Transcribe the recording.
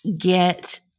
get